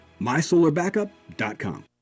mysolarbackup.com